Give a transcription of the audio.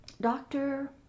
doctor